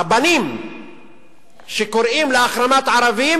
רבנים שקוראים להחרמת ערבים,